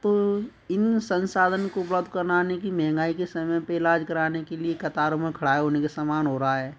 तो इन संसाधन को कराने की महंगाई के समय पे इलाज कराने के लिए कतारों में खड़ा होने के समान हो रहा है